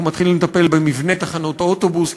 אנחנו מתחילים לטפל במבנה תחנות האוטובוס,